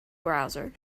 browser